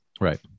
Right